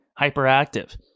hyperactive